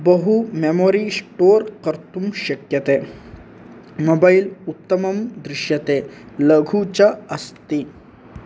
बहु memory store कर्तुं शक्यते मोबैल् उत्तमं दृ्श्यते लघु च अस्ति